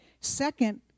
Second